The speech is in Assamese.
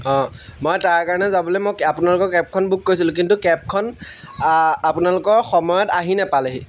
মই তাৰ কাৰণে যাবলৈ মই আপোনালোকৰ কেবখন বুক কৰিছিলোঁ কিন্তু কেবখন আপোনালোকৰ সময়ত আহি নাপালেহি